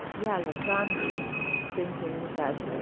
yeah lacan was thinking that